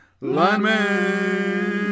lineman